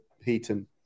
Heaton